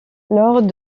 lors